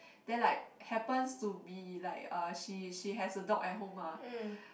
then like happens to be like uh she she has a dog at home ah